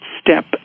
step